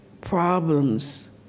problems